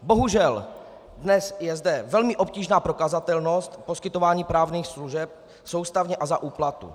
Bohužel dnes je zde velmi obtížná prokazatelnost poskytování právních služeb soustavně a za úplatu.